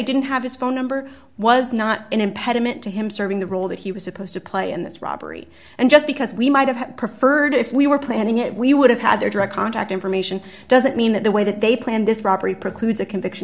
didn't have his phone number was not an impediment to him serving the role that he was supposed to play in this robbery and just because we might have preferred if we were planning it we would have had their direct contact information doesn't mean that the way that they planned this robbery precludes a conviction